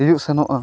ᱦᱤᱡᱩᱜ ᱥᱮᱱᱚᱜᱼᱟ